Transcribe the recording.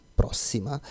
prossima